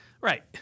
Right